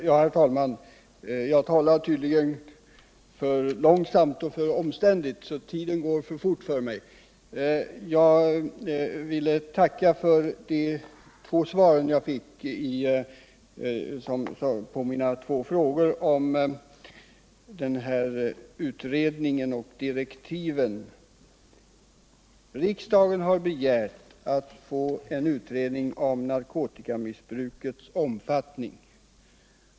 Herr talman! Jag talar tydligen för långsamt och för omständligt, så att tiden går för fort för mig. Jag ville tacka för de båda svar som jag fick på mina två frågor om utredningen och direktiven. Riksdagen har begärt att få en utredning om narkotikamissbrukets omfattning.